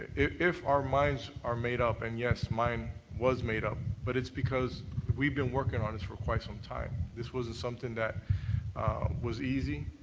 if our minds are made up and, yes, mine was made up, but it's because we've been working on this for quite some time. this wasn't something that was easy.